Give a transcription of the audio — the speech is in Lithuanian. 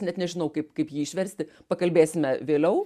net nežinau kaip kaip jį išversti pakalbėsime vėliau